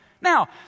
Now